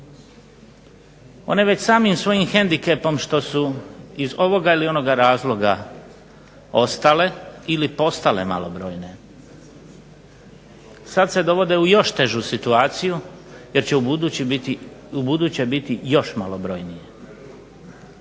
One već samim svojim hendikepom što su iz ovoga ili onoga razloga ostale ili postale malobrojne sad se dovode u još težu situaciju jer će ubuduće biti još malobrojnije.